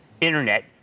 internet